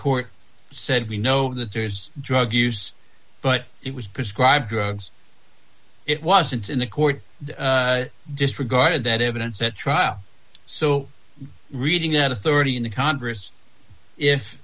court said we know that there's drug use but it was prescribed drugs it wasn't in the court disregarded that evidence at trial so reading that authority in the congress if